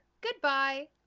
Goodbye